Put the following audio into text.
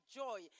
joy